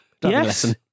Yes